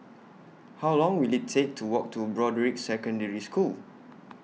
How Long Will IT Take to Walk to Broadrick Secondary School